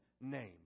name